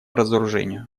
разоружению